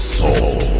soul